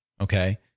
Okay